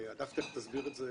הדס תיכף תסביר את זה